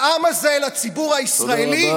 לעם הזה, לציבור הישראלי,